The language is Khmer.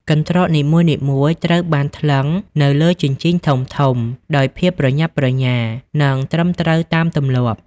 កន្ត្រក នីមួយៗត្រូវបានថ្លឹងនៅលើជញ្ជីងធំៗដោយភាពប្រញាប់ប្រញាល់ និងត្រឹមត្រូវតាមទម្លាប់។